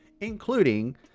including